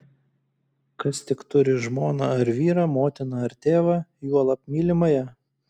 kas tik turi žmoną ar vyrą motiną ar tėvą juolab mylimąją